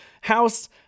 house